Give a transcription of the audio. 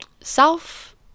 self